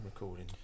recording